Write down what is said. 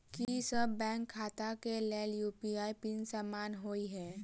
की सभ बैंक खाता केँ लेल यु.पी.आई पिन समान होइ है?